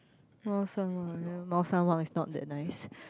Mao-Shan-Wang Mao-Shan-Wang is not that nice